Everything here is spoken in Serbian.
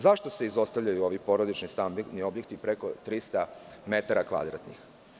Zašto se izostavljaju ovi porodični stambeni objekti preko 300 metara kvadratnih?